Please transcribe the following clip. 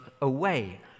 away